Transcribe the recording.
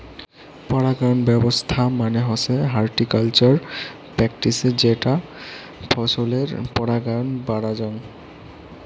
পরাগায়ন ব্যবছস্থা মানে হসে হর্টিকালচারাল প্র্যাকটিসের যেটা ফছলের পরাগায়ন বাড়াযঙ